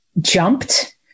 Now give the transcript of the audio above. jumped